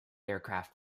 aircraft